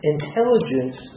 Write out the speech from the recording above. Intelligence